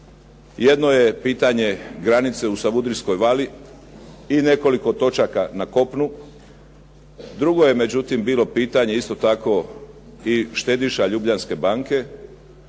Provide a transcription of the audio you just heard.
Jedno je pitanje granice u Savudrijskoj vali i nekoliko točaka na kopnu. Drugo je međutim bilo pitanje isto tako i štediša Ljubljanske banke.